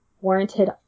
warranted